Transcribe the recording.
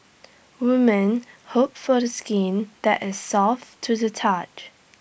women hope for the skin that as soft to the touch